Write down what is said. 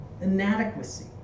Inadequacy